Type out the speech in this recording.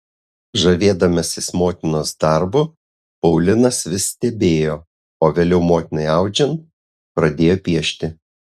žavėdamasis motinos darbu paulinas vis stebėjo o vėliau motinai audžiant pradėjo piešti